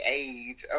age